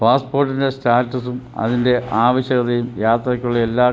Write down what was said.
പാസ്പോർട്ടിൻ്റെ സ്റ്റാറ്റസും അതിൻ്റെ ആവശ്യകതയും യാത്രക്കുള്ള എല്ലാ